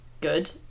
good